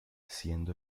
siendo